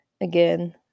again